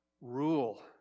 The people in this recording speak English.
rule